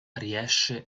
riesce